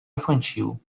infantil